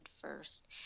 first